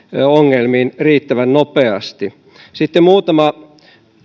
ongelmiin riittävän nopeasti sitten muutama